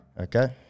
Okay